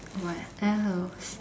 what else